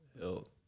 Hill